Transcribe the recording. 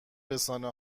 رسانه